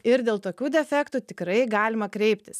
ir dėl tokių defektų tikrai galima kreiptis